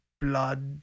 blood